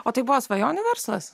o tai buvo svajonių verslas